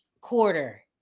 quarter